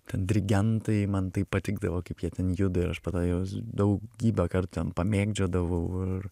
ten dirigentai man taip patikdavo kaip jie ten juda ir aš po to juos daugybę kartų ten pamėgdžiodavau ir